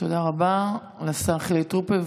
תודה רבה לשר חילי טרופר,